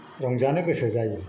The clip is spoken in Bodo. रंजानो गोसो जायो